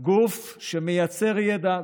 גוף שמייצר ידע,